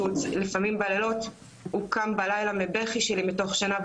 שסיפר שלפעמים הוא קם בלילה מבכי שלי מתוך שינה,